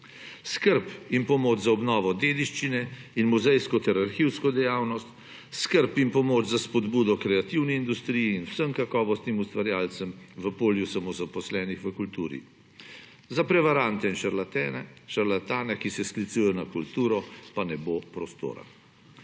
Skrb in pomoč za obnovo dediščine in muzejsko ter arhivsko dejavnost, skrb in pomoč za spodbudo kreativni industriji in vsem kakovostnim ustvarjalcem v polju samozaposlenih v kulturi. Za prevarante in šarlatane, ki se sklicujejo na kulturo, pa ne bo prostora.